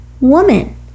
Woman